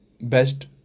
best